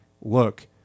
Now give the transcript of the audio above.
look